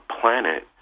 planet